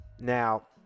Now